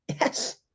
Yes